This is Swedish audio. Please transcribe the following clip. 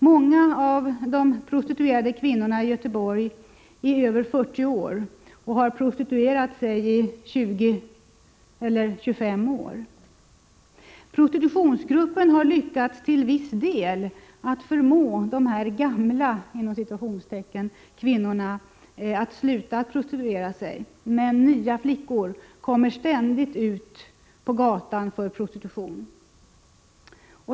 Många av de prostituerade kvinnorna i Göteborg är över 40 år och har prostituerat sig i 20-25 år. Prostitutionsgruppen har till viss del lyckats att förmå dessa ”gamla” kvinnor att sluta prostituera sig, men nya flickor kommer ständigt ut på gatan för prostitution.